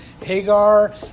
Hagar